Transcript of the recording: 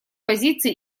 позиции